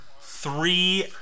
three